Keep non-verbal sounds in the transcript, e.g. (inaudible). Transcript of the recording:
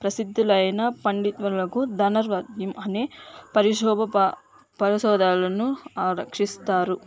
ప్రసిద్ధులైన పండితులకు ధనర్ (unintelligible) అనే పరిశోభ పరిశోధనలను రక్షిస్తారు